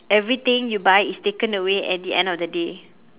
everything you buy is taken away at the end of the day